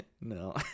No